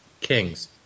Kings